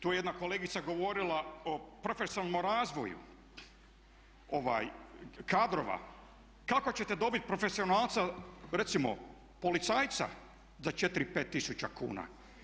Tu je jedna kolegica govorila o profesionalnom razvoju kadrova, kako ćete dobiti profesionalca recimo policajca za 4, 5 tisuća kuna?